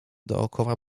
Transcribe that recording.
dokoła